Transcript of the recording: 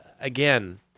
again